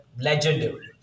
legendary